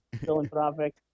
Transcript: Philanthropic